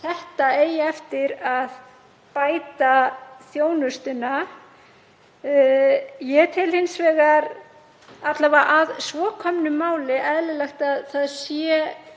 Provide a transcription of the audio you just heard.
þetta eigi eftir að bæta þjónustuna. Ég tel hins vegar, alla vega að svo komnu máli, eðlilegt að það sé